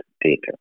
data